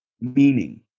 meaning